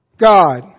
God